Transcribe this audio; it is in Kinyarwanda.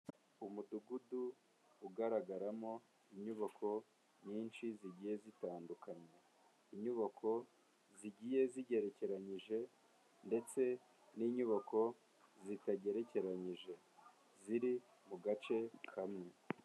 Umudugudu ugaragaramo inyubako nyinshi zigiye zitandukanyekanya, inyubako zigiye zigerekeranyije ndetse n'inyubako zitagerekeranyije ziri mu gace kamwe.